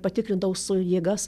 patikrindavo savo jėgas